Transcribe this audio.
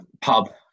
pub